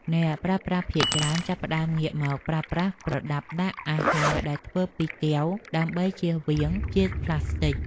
អ្នកប្រើប្រាស់ភាគច្រើនចាប់ផ្តើមងាកមកប្រើប្រាស់ប្រដាប់ដាក់អាហារដែលធ្វើពីកែវដើម្បីចៀសវាងជាតិប្លាស្ទិក។